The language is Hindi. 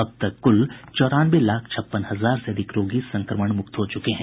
अब तक कूल चौरानवे लाख छप्पन हजार से अधिक रोगी संक्रमण मुक्त हो चूके हैं